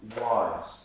wise